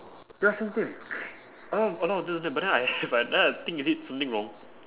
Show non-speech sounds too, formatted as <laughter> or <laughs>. ya same same <noise> a lot a lot do have them but then I <laughs> but then I think is it something wrong